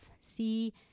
See